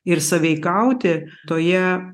ir sąveikauti toje